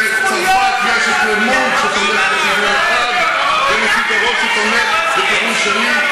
בצרפת יש "Le Monde" שתומך בכיוון אחד ו""Le Figaro שתומך בכיוון שני.